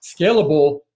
scalable